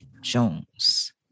Jones